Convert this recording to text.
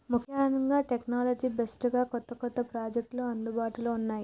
ముఖ్యంగా technology based గా కొత్త కొత్త ప్రాజెక్టులు అందుబాటులో ఉన్నాయి